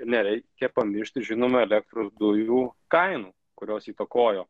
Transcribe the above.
ir nereikia pamiršti žinoma elektros dujų kainų kurios įtakojo